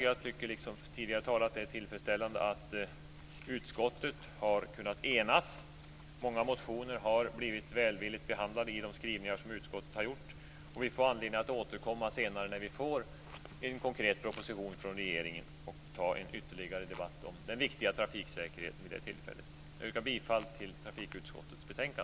Jag tycker liksom tidigare talare att det är tillfredsställande att utskottet har kunnat enas. Många motioner har blivit välvilligt behandlade i de skrivningar som utskottet har gjort. Vi får anledning att återkomma senare, när vi får en konkret proposition från regeringen, och ta en ytterligare debatt om den viktiga trafiksäkerheten vid det tillfället. Jag yrkar bifall till utskottets hemställan.